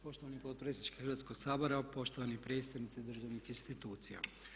Poštovani potpredsjedniče Hrvatskoga sabora, poštovani predstavnici državnih institucija.